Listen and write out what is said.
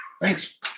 Thanks